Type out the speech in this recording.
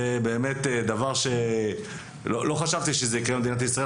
זה באמת דבר שלא חשבתי שזה יקרה במדינת ישראל,